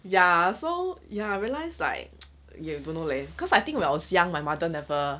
ya so ya realise like you don't know leh cause I think when I was young my mother never